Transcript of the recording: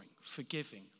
forgiving